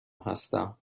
هستم